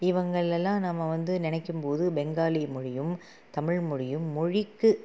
இவங்களை எல்லாம் நம்ம வந்து நினைக்கும் போது பெங்காலி மொழியும் தமிழ் மொழியும் மொழிக்கு